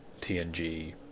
TNG